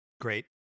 Great